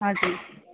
हजुर